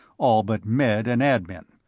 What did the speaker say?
all but med. and admin.